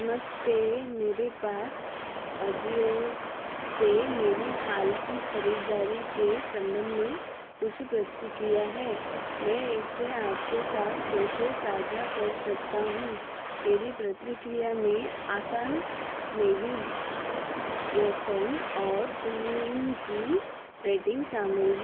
नमस्ते मेरे पास अजिओ से मेरी हाल की ख़रीदारी के सम्बन्ध में कुछ प्रतिक्रिया है मैं इसे आपके साथ कैसे साझा कर सकता हूँ मेरी प्रत्रिक्रिया में आसान नेवीगेसन और थ्रीन की रेटिंग शामिल